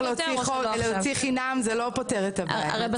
רגע,